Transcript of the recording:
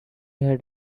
had